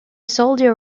soldier